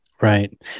Right